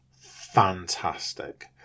Fantastic